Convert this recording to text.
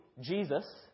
Jesus